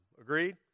Agreed